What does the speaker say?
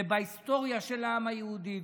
זה בהיסטוריה של העם היהודי.